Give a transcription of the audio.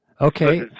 Okay